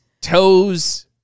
toes